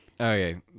okay